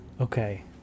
Okay